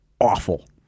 awful